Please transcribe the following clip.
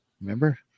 Remember